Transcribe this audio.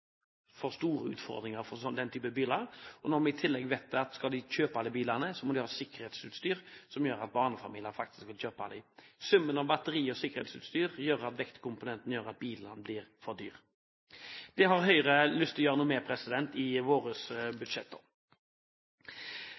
den type biler. I tillegg vet vi at skal barnefamilier kjøpe de bilene, må de ha sikkerhetsutstyr som gjør at de faktisk kan kjøpe dem. Summen av batteri- og sikkerhetsutstyr gjør at vektkomponenten fører til at bilene blir for dyre. Det har Høyre lyst til å gjøre noe med i